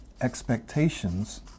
expectations